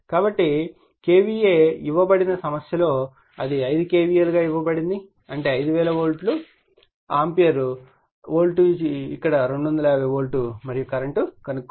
కాబట్టి KVA ఇవ్వబడిన సమస్యలో అది 5 KVA గా ఇవ్వబడుతుంది అంటే 5000 వోల్ట్ ఆంపియర్ వోల్టేజ్ ఇక్కడ 250 వోల్ట్ మరియు కరెంట్ కనుగొనాలి